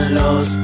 los